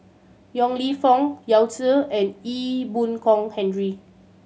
Yong Lew Foong Yao Zi and Ee Boon Kong Henry